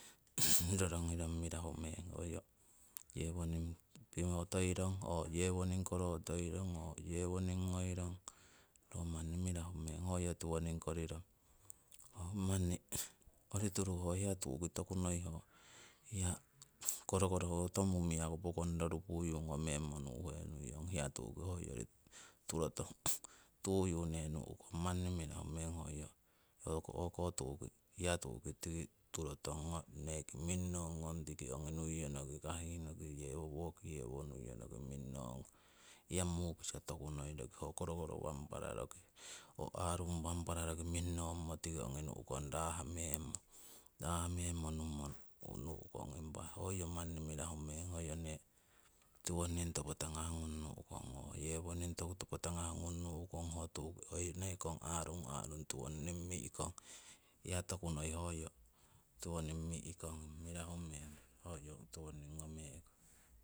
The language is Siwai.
rorongirong mirahu meng hoyo yewoning pihotoirong oo yewoning oo yewoning ngoirong, ro manni mirahu meng hoyo tiwoning korirong. Oh ho manni oru tiru ho hiya tu'ki toku noi ho hiya korokoro ho ongkoto mumiyaku pokong rorupuyu ngomeng mo nu'he nuiyong ho hiya tu'ki tiki turo tong tuyu ne nu'kong manni mirahu meng hoyo o'ko hiya tu'ki tiki turo tong go neki ho ongo neki minnongkong tiki ongi kahih noki nuiyono ki woki yewo nuiyonoki minnong kong hiya mukisa tokunoi roki ho korokoro wanpara roki ho arung wanpara roki minnomo tiki ongi nu'kong rah memmo. Raah memmo nummo nu'kong impa hoyo manni mirahu meng hoyo ne tiwoning topo tagah ngung nu'kong, oo yewoning toku topo tagah ngung nu'kong ho tu'ki hoi nekong arung, arung tiwoning mi'kong hiya tokunoi hoyo tiwoning mi'kong mirahu meng hoyo tiwoning ngomee kong